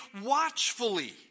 watchfully